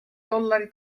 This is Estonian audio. dollari